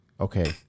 Okay